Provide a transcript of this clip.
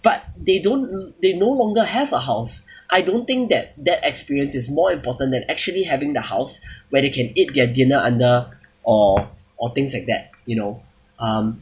but they don't they no longer have a house I don't think that that experience is more important than actually having the house where they can eat their dinner under or or things like that you know um